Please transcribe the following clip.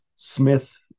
Smith